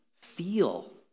feel